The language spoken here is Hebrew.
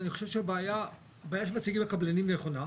אני חושב שהבעיה שמציגים לקבלנים נכונה,